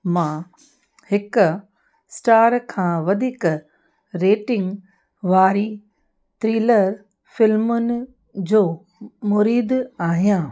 मां हिक स्टार खां वधीक रेटींग वारी थ्रीलर फ़िल्मुनि जो मुरीदु आहियां